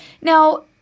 Now